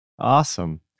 Awesome